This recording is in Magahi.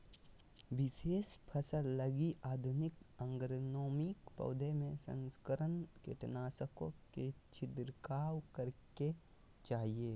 विशेष फसल लगी आधुनिक एग्रोनोमी, पौधों में संकरण, कीटनाशकों के छिरकाव करेके चाही